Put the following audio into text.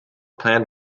planned